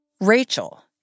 Rachel